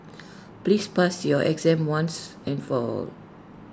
please pass your exam once and for all